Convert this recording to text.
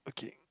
okay